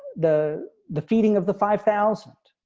the, the feeding of the five thousand